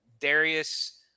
Darius